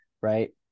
right